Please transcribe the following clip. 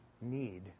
need